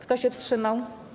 Kto się wstrzymał?